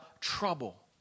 trouble